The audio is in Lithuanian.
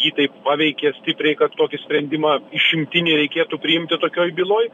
jį taip paveikė stipriai kad tokį sprendimą išimtinį reikėtų priimti tokioj byloj